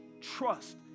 Trust